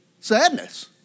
sadness